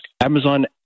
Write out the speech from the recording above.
Amazon